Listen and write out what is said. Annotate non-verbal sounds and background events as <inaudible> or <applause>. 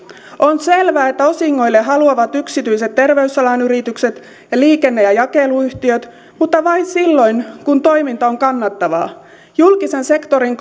on selvää että osingoille haluavat yksityiset terveysalan yritykset ja liikenne ja jakeluyhtiöt mutta vain silloin kun toiminta on kannattavaa julkisen sektorin <unintelligible>